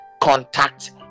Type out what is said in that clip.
contact